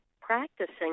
practicing